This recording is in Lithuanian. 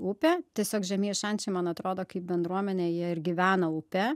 upę tiesiog žemieji šančiai man atrodo kaip bendruomenė jie ir gyvena upe